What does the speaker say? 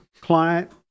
client